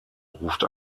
ruft